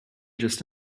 just